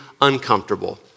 uncomfortable